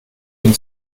den